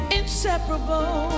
inseparable